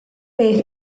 beth